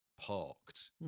parked